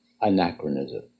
Anachronism